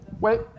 Wait